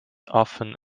often